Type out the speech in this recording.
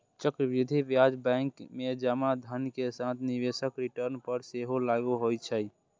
चक्रवृद्धि ब्याज बैंक मे जमा धन के साथ निवेशक रिटर्न पर सेहो लागू होइ छै